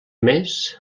més